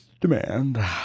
demand